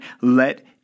let